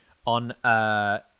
on